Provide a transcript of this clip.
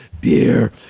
Beer